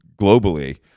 globally